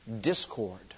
discord